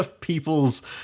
people's